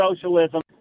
socialism